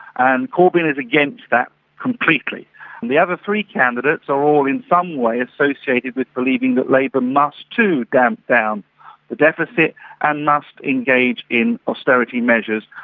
and corbyn is against that completely. and the other three candidates are all in some way associated with believing that labour must too damp down the deficit and must engage in austerity measures,